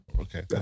Okay